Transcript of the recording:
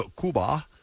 Cuba